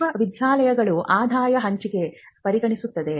ವಿಶ್ವವಿದ್ಯಾಲಯಗಳು ಆದಾಯ ಹಂಚಿಕೆ ಪರಿಗಣಿಸುತ್ತದೆ